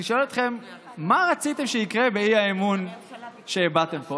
אני שואל אתכם: מה רציתם שיקרה באי-אמון שהבעתם פה?